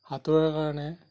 সাঁতোৰাৰ কাৰণে